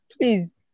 please